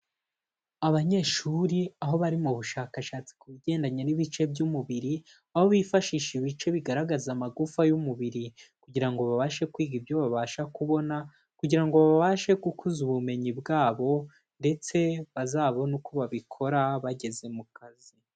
Abanyeshuri aho bari mu bushakashatsi ku bigendanye n'ibice by'umubiri, aho bifashisha ibice bigaragaza amagufa y'umubiri kugira ngo babashe kwiga ibyo babasha kubona kugira ngo babashe gukuza ubumenyi bwabo, ndetse bazabone uko babikora bageze mu kazi.